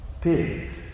pigs